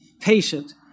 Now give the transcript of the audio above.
patient